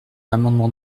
amendement